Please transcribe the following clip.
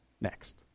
Next